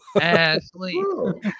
Ashley